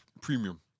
Premium